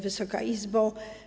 Wysoka Izbo!